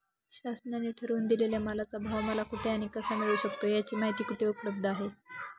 शासनाने ठरवून दिलेल्या मालाचा भाव मला कुठे आणि कसा मिळू शकतो? याची माहिती कुठे उपलब्ध आहे?